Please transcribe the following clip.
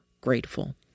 grateful